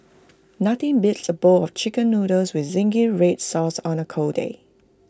nothing beats A bowl of Chicken Noodles with Zingy Red Sauce on A cold day